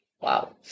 Wow